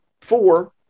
four